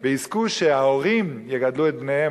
ויזכו שההורים יגדלו את בניהם,